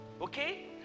Okay